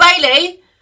Bailey